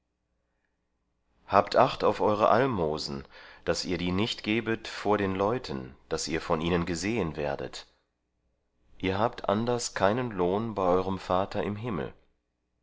habt acht auf eure almosen daß ihr die nicht gebet vor den leuten daß ihr von ihnen gesehen werdet ihr habt anders keinen lohn bei eurem vater im himmel